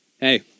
hey